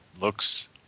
looks